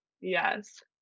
Yes